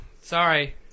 sorry